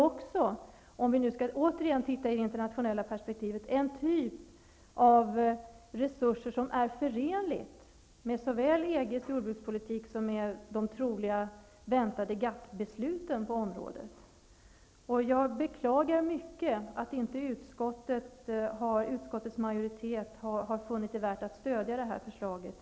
Om vi återigen skall se på det internationella perspektivet kan vi konstatera att detta är en typ av resurser som är förenlig med såväl EG:s jordbrukspolitik som med de troliga väntade Jag beklagar mycket att inte utskottets majoritet har funnit det värt att stödja detta förslag.